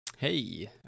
Hey